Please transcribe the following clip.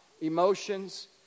emotions